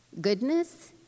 goodness